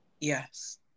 yes